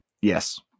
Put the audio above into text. Yes